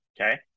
Okay